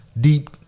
deep